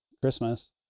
Christmas